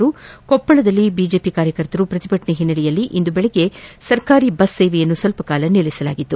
ಆದರೆ ಕೊಪ್ಪಳದಲ್ಲಿ ಬಿಜೆಪಿ ಕಾರ್ಯಕರ್ತರು ಪ್ರತಿಭಟನೆ ಹಿನೈಲೆಯಲ್ಲಿ ಇಂದು ಬೆಳಗ್ಗೆ ಸರ್ಕಾರಿ ಬಸ್ ಸೇವೆಯನ್ನು ಸ್ವಲ್ಪ ಕಾಲ ನಿಲ್ಲಿಸಲಾಗಿತ್ತು